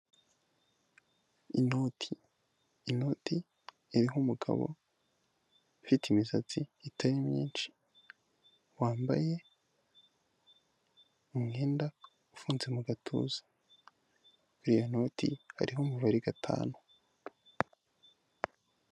Inoti, inoti iriho umugabo ufite imisatsi itari myinshi, wambaye umwenda ufunze mu gatuza, iyo noti hariho umubare gatanu.